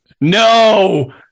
No